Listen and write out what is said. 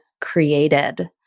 created